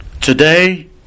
Today